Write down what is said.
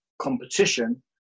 competition